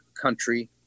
country